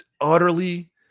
Utterly